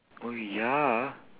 oh ya ah